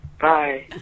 Bye